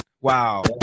Wow